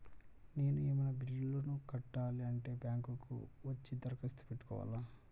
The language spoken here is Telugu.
నేను ఏమన్నా బిల్లును కట్టాలి అంటే బ్యాంకు కు వచ్చి దరఖాస్తు పెట్టుకోవాలా?